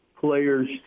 players